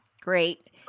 Great